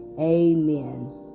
Amen